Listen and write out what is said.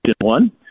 one